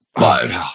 live